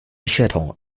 血统